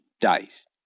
Dice